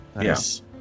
Yes